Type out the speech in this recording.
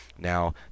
Now